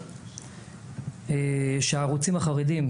שהערוצים החרדיים,